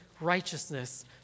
righteousness